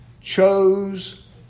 chose